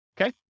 Okay